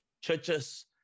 churches